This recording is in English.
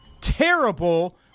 terrible